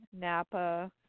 Napa